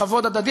בכבוד הדדי,